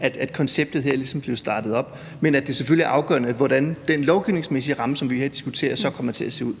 at konceptet her ligesom blev startet op. Men det er selvfølgelig afgørende, hvordan den lovgivningsmæssige ramme, som vi her diskuterer, så kommer til at se ud.